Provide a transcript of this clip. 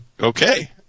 Okay